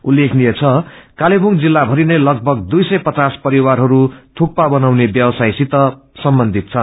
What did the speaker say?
उल्लेखनीय छ कालेबुङ जिल्लाभरिनै लगभग दुई सय पचास परिवारहरू धुक्पा बनाउने व्यवसायसित सम्बन्धित छन्